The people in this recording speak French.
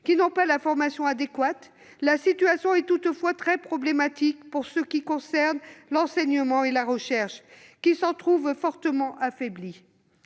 qui n'ont pas la formation adéquate, la situation est toutefois très problématique en ce qui concerne l'enseignement et la recherche, qui s'en trouvent fortement affaiblis.